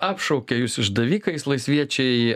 apšaukė jus išdavikais laisviečiai